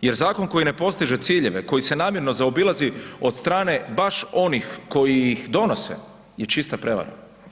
jer zakon koji ne postiže ciljeve koji se namjerno zaobilazi od strane baš onih koji ih donose je čista prevara.